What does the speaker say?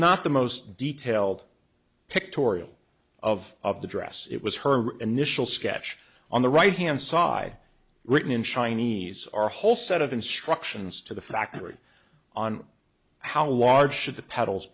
not the most detailed pictorial of of the dress it was her initial sketch on the right hand side written in chinese our whole set of instructions to the factory on how large should the petals